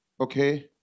Okay